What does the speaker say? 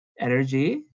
Energy